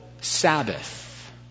Sabbath